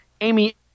Amy